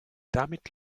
damit